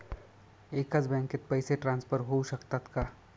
एकाच बँकेत पैसे ट्रान्सफर होऊ शकतात का?